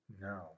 No